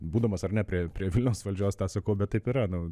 būdamas ar ne prie prie vilniaus valdžios tą sakau bet taip yra nu